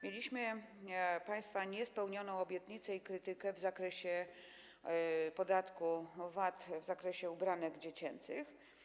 Mieliśmy państwa niespełnioną obietnicę i krytykę w zakresie podatku VAT dotyczącego ubranek dziecięcych.